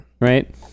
Right